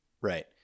right